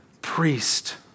Priest